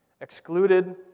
excluded